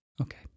Okay